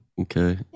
okay